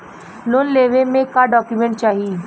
Loan लेवे मे का डॉक्यूमेंट चाही?